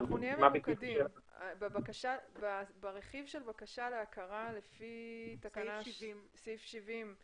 מה בדיוק השאלה?< ברכיב של בקשה להכרה לפי סעיף 70,